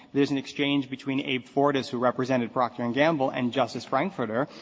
there's an exchange between abe fortas, who represented procter and gamble, and justice frankfurter,